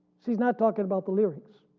she's not talking about the lyrics.